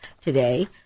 today